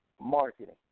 marketing